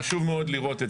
חשוב מאוד לראות את זה.